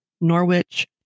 Norwich